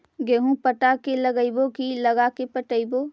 गेहूं पटा के लगइबै की लगा के पटइबै?